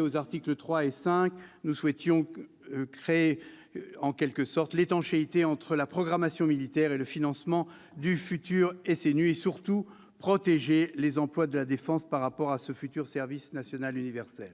Aux articles 3 et 5, nous souhaitions ainsi créer une étanchéité entre la programmation militaire et le financement du futur SNU et, surtout, protéger les emplois de la défense par rapport à ce service national universel.